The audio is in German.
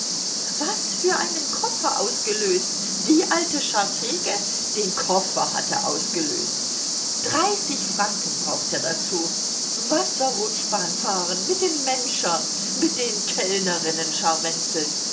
was für einen koffer ausgelöst die alte scharteke den koffer hat er ausgelöst dreißig franken braucht er dazu wasserrutschbahn fahren mit den menschern mit den kellnerinnen